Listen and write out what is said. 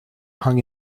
hung